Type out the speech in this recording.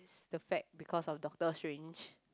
the fact because of Doctor-Strange